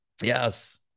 yes